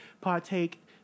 partake